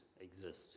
exist